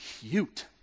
cute